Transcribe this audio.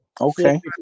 Okay